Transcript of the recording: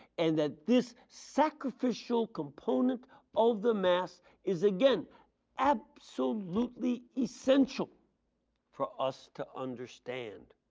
and that this sacrificial component of the mass is again absolutely essential for us to understand.